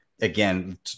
again